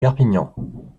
perpignan